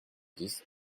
dix